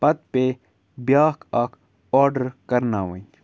پَتہٕ پے بیٛاکھ اَکھ آرڈر کَرناوٕنۍ